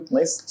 Nice